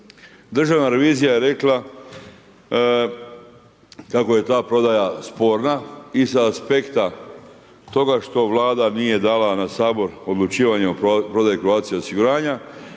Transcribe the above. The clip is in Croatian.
Državna revizija je rekla kako je ta prodaja sporna iz aspekta toga što vlada nije dala na Sabor odlučivanje o prodaji Croatia osiguranja,